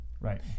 Right